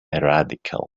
radical